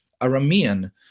Aramean